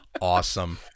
Awesome